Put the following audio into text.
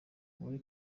uwari